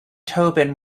tobin